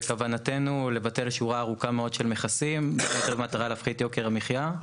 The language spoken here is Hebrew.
בכוונתנו לבטל שורה ארוכה מאוד של מכסים במטרה להפחית את יוקר המחיה.